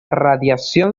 radiación